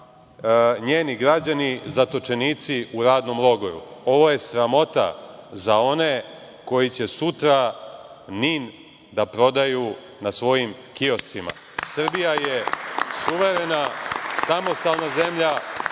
njeni građani zatočenici u radnom logoru? Ovo je sramota za one koji će sutra NIN da prodaju na svojim kioscima. Srbija je suverena, samostalna zemlja,